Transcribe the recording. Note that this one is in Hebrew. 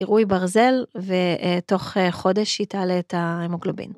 עירוי ברזל, ותוך חודש היא תעלה את ההמוגלובין.